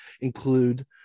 include